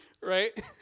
right